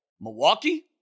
Milwaukee